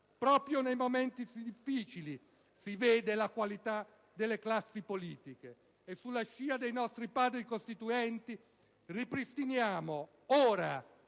(proprio nei momenti più difficili si vede la qualità delle classi politiche). E sulla scia dei nostri Padri costituenti ripristiniamo ora